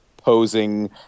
posing